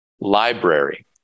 library